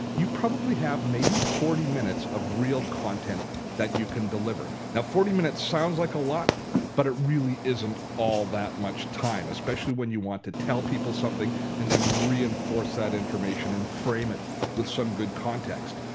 you probably have maybe forty minutes of real content that you can deliver. now forty minutes sounds like a lot but it really isn't all that much time, especially when you want to tell people something and then reinforce that information and frame it with some good context.